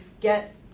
get